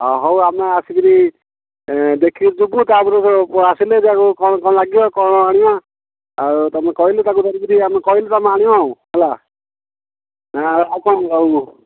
ହଁ ହଉ ଆମେ ଆସିକରି ଦେଖିକି ଯିବୁ ତା ଉପରୁ ଆସିଲେ ତାକୁ କ'ଣ କ'ଣ ଲାଗିବ କ'ଣ ଆଣିବା ଆଉ ତୁମେ କହିଲେ ତାକୁ ଧିରିକରି ଆମେ କହିଲୁ ତୁମେ ଆଣିବା ଆଉ ହେଲା ନା ଆଉ କ'ଣ ଆଉ